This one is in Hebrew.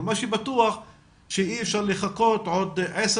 אבל מה שבטוח שאי אפשר לחכות עוד עשר